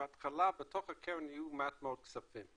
שבהתחלה בתוך הקרן היו מעט מאוד כספים,